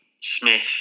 Smith